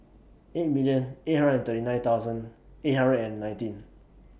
eight million eight hundred and thirty nine thousand eight hundred and nineteen